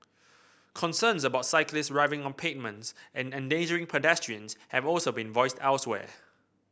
concerns about cyclists riding on pavements and endangering pedestrians have also been voiced elsewhere